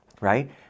Right